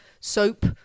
soap